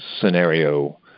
scenario